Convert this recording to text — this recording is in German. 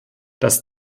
das